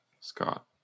Scott